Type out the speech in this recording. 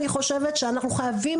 אני חושבת שאנחנו חייבים,